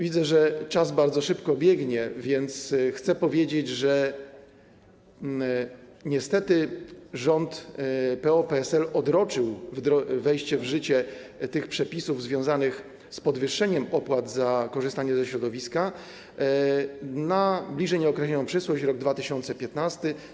Widzę, że czas bardzo szybko płynie, więc chcę powiedzieć, że niestety rząd PO-PSL odroczył wejście w życie tych przepisów związanych z podwyższeniem opłat za korzystanie ze środowiska na bliżej nieokreśloną przyszłość, rok 2015.